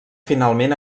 finalment